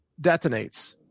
detonates